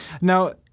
Now